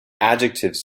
adjectives